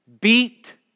beat